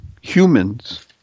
humans